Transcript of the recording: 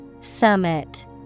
Summit